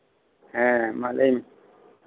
ᱦᱮᱸ ᱢᱟ ᱞᱟᱹᱭ ᱢᱮ